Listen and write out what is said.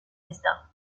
hesdin